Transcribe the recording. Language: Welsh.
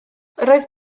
roedd